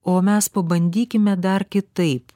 o mes pabandykime dar kitaip